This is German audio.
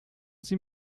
sie